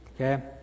Okay